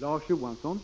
av.